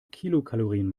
kilokalorien